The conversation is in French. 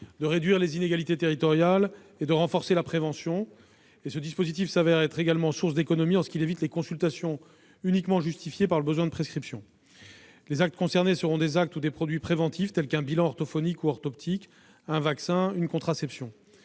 de réduire les inégalités territoriales et de renforcer la prévention. Ce dispositif s'avère être également source d'économies en ce qu'il évite les consultations uniquement justifiées par le besoin de prescription. Les actes concernés seront des actes ou des produits préventifs, tels qu'un bilan orthophonique ou orthoptique, un vaccin, une contraception.